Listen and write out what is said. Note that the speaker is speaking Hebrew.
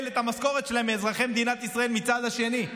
את המשכורת שלהם מאזרחי מדינת ישראל מהצד השני.